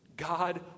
God